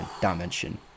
dimension